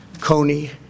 Coney